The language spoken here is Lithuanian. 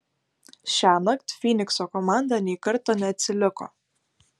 šiąnakt fynikso komanda nei karto neatsiliko